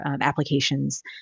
applications